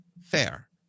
fair